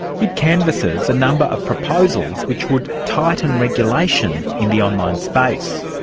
it canvasses a number of proposals which would tighten regulation in the online space.